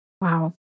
Wow